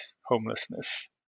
homelessness